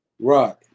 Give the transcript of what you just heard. Right